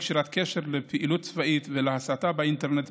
לקשירת קשר לפעילות צבאית ולהסתה באינטרנט.